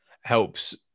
helps